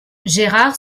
gérard